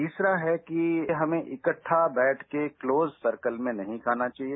तीसरा है कि हमें इकट्ठा बैठकर क्लोज सर्कल में नहीं खाना चाहिए